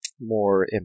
more